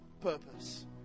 purpose